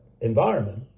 environment